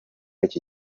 iki